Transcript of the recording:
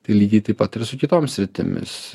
tai lygiai taip pat ir su kitoms sritimis